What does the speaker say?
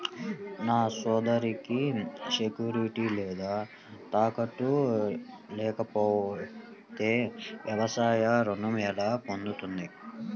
నా సోదరికి సెక్యూరిటీ లేదా తాకట్టు లేకపోతే వ్యవసాయ రుణం ఎలా పొందుతుంది?